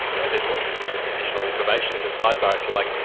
and there's lots of additional information in the sidebar, if you like,